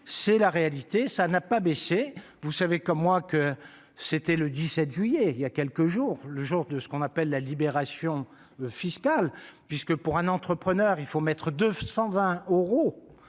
c'est la réalité, ça n'a pas baissé, vous savez comme moi que c'était le 17 juillet il y a quelques jours, le jour de ce qu'on appelle la libération fiscale puisque, pour un entrepreneur, il faut mettre 220 euros